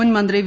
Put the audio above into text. മുൻമന്ത്രി വി